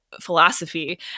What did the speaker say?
philosophy